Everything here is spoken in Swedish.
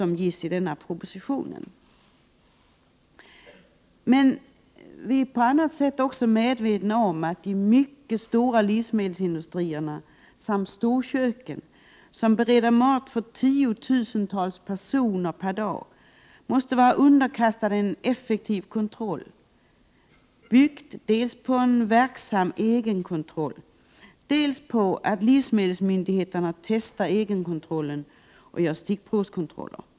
Men vi är på andra sätt medvetna om att de mycket stora livsmedelsindustrierna samt storköken, som bereder mat för 10 000-tals personer per dag, måste vara underkastade en effektiv kontroll, byggd dels på att man har en verksam egenkontroll, dels på att livsmedelsmyndigheterna testar egenkontrollen och gör stickprov.